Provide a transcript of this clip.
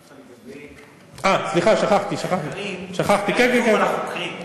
שאלתי אותך לגבי המחקרים והאיום על החוקרים.